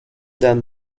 than